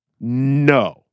no